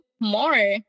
More